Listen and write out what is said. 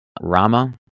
Rama